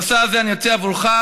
למסע הזה אני יוצא עבורך,